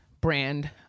brand